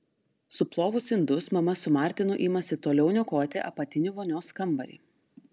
suplovus indus mama su martinu imasi toliau niokoti apatinį vonios kambarį